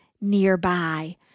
Nearby